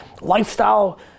lifestyle